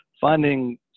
finding